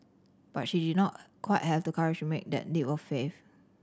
but she did not quite have the courage to make that leap of faith